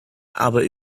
aber